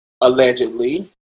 allegedly